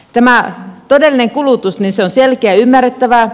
tämä todellinen kulutus on selkeää ymmärrettävää